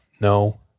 No